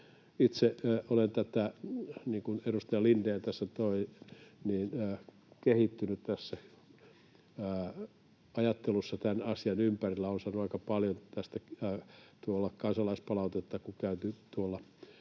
Itse olen, niin kuin edustaja Lindén tässä toi, kehittynyt tässä ajattelussa tämän asian ympärillä. Olen saanut aika paljon tästä kansalaispalautetta, kun on käyty tuolla